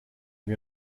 wir